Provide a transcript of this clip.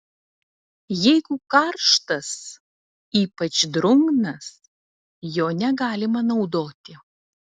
jeigu karštas ypač drungnas jo negalima naudoti